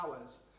hours